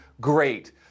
great